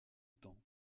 temps